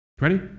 Ready